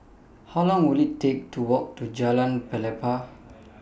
How Long Will IT Take to Walk to Jalan Pelepah